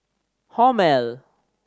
Hormel